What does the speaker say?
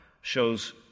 shows